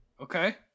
Okay